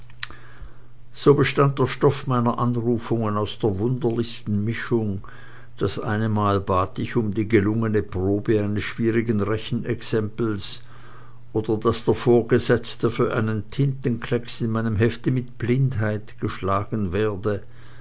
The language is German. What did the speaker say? so bestand der stoff meiner anrufungen aus der wunderlichsten mischung das eine mal bat ich um die gelungene probe eines schwierigen rechenexempels oder daß der vor gesetzte für einen tintenklecks in meinem hefte mit blindheit geschlagen werde